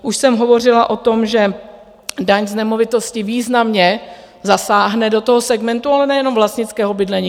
Už jsem hovořila o tom, že daň z nemovitosti významně zasáhne do toho segmentu, ale nejenom vlastnického bydlení.